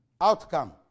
outcome